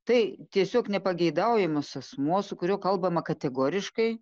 tai tiesiog nepageidaujamas asmuo su kuriuo kalbama kategoriškai